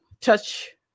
touch